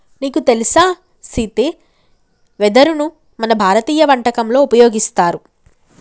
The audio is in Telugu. నీకు తెలుసా సీతి వెదరును మన భారతీయ వంటకంలో ఉపయోగిస్తారు